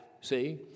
see